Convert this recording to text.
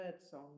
birdsong